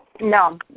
No